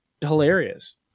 hilarious